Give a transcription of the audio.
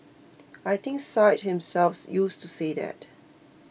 I think Syed himself used to say that